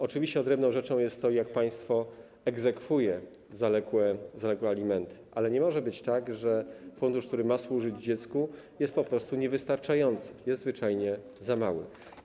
Oczywiście odrębną rzeczą jest to, jak państwo egzekwuje zaległe alimenty, ale nie może być tak, że fundusz, który ma służyć dziecku, jest po prostu niewystarczający, jest zwyczajnie za mały.